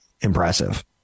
impressive